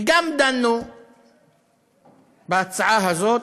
דנו בהצעה הזאת,